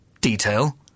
detail